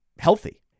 healthy